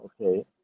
okay